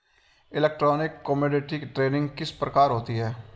Electronic commodity trading किस प्रकार होती है?